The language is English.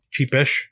cheapish